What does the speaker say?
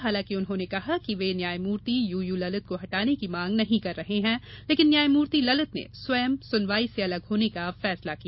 हालांकि उन्होंने कहा कि वे न्यायमूर्ति यू यू ललित को हटाने की मांग नहीं कर रहे हैं लेकिन न्यायमूर्ति ललित ने स्वयं सुनवाई से अलग होने का फैसला किया